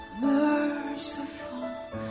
merciful